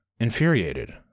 infuriated